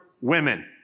women